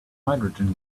hydrogen